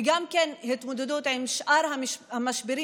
וגם כן התמודדות עם שאר המשברים,